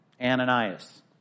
Ananias